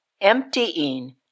emptying